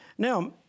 Now